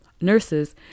nurses